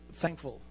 thankful